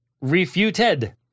refuted